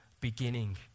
beginning